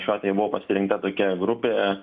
šiuo atveju buvo pasirinkta tokia grupė